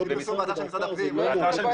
באתר של משרד הפנים,